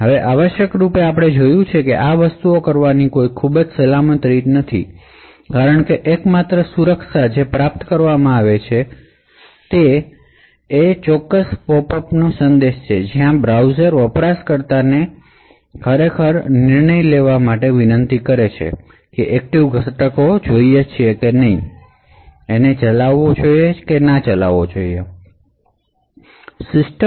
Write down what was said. હવે આપણે જોયું છે કે આ કોઈ ખૂબ સલામત રીત નથી કારણ કે અહી એકમાત્ર સુરક્ષા કે જે પ્રાપ્ત કરવામાં આવે છે તે એકમાત્ર સુરક્ષા એ આ પોપ અપ સંદેશ છે જ્યાં બ્રાઉઝર યુઝરને એ નિર્ણય લેવા માટે વિનંતી કરે છે કે ActiveX ઘટક સિસ્ટમ માં ચાલવો જોઈએ કે નહીં